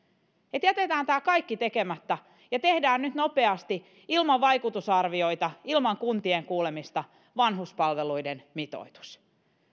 että jätetään tämä kaikki tekemättä ja tehdään nyt nopeasti ilman vaikutusarvioita ilman kuntien kuulemista vanhuspalveluiden mitoitus